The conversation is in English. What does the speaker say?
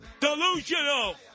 Delusional